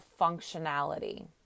functionality